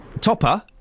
Topper